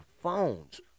phones